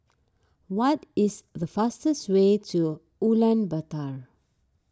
what is the fastest way to Ulaanbaatar